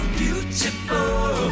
beautiful